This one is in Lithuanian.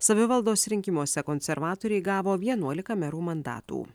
savivaldos rinkimuose konservatoriai gavo vienuolika merų mandatų